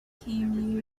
came